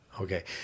okay